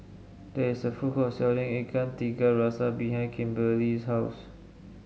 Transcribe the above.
there is a food court selling Ikan Tiga Rasa behind Kimberely's house